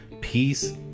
peace